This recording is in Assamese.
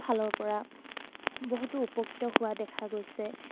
ফালৰ পৰা বহুতো উপকৃত হোৱা দেখা গৈছে